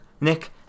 Nick